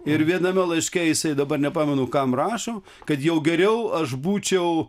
ir viename laiške jisai dabar nepamenu kam rašo kad jau geriau aš būčiau